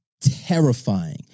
terrifying